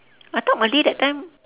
I thought malay that time